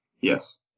Yes